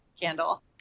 candle